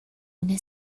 una